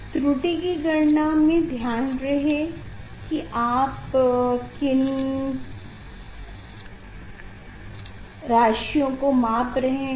त्रुटि की गणना में ध्यान रहे की आप किन राशियों को माप रहे हैं